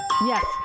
Yes